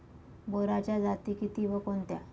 बोराच्या जाती किती व कोणत्या?